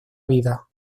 vida